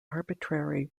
arbitrary